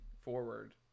forward